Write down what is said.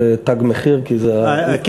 של "תג מחיר" כי זה,